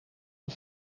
een